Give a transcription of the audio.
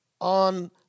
on